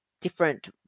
different